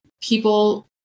people